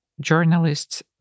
journalists